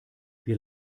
wir